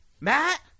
Matt